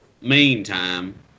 Meantime